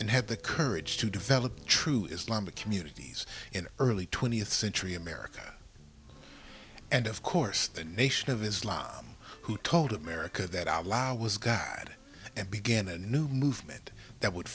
and had the courage to develop true islamic communities in early twentieth century america and of course the nation of islam who told america that our law was god and began a new movement that would